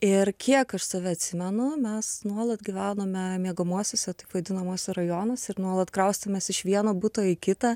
ir kiek aš save atsimenu mes nuolat gyvenome miegamuosiuose taip vadinamuose rajonuose ir nuolat kraustėmės iš vieno buto į kitą